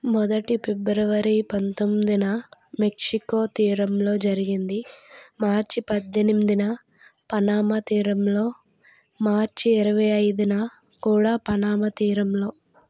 మొదటిది ఫిబ్రవరి పంతొమ్మిదిన మెక్సికో తీరంలో జరిగింది మార్చి పద్దెనిమిదిన పనామా తీరంలో మార్చి ఇరవై ఐదున కూడా పనామా తీరంలో